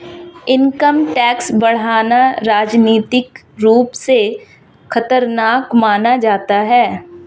income tax बढ़ाना राजनीतिक रूप से खतरनाक माना जाता है